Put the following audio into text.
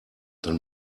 dann